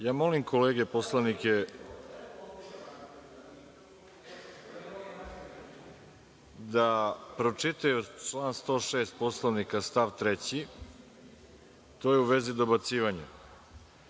molim kolege poslanike da pročitaju član 106. Poslovnika stav 3, to je u vezi dobacivanja,